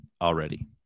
already